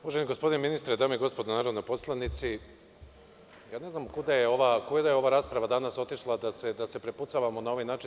Uvaženi gospodine ministre, gospodo narodni poslanici, ne znam kuda je ova rasprava danas otišla da se prepucavamo na ovaj način.